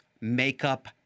makeup